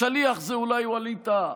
השליח זה אולי ווליד טאהא,